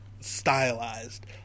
stylized